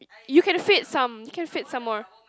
you can feed some you can feed some more